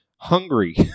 Hungry